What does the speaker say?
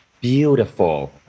Beautiful